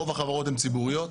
רוב החברות הן ציבוריות.